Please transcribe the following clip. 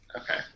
Okay